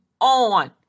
on